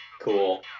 cool